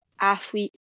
athlete